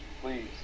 please